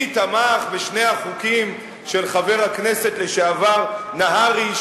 מי תמך בשני החוקים של חבר הכנסת לשעבר נהרי,